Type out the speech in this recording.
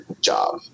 job